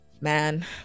man